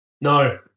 No